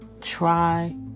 Try